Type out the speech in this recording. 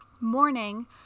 morning